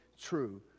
true